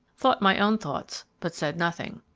thought my own thoughts, but said nothing.